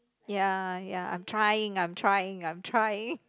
ya ya I'm trying I'm trying I'm trying